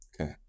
Okay